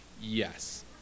Yes